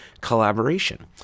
collaboration